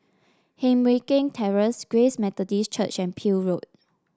Heng Mui Keng Terrace Grace Methodist Church and Peel Road